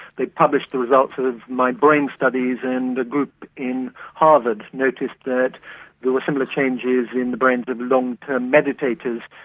they published the results sort of my brain studies, and a group in harvard noticed that there were similar changes in the brains of long-term meditators,